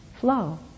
flow